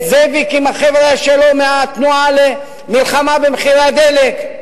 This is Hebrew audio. את זאביק עם החבר'ה שלו מהתנועה למלחמה במחירי הדלק,